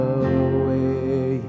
away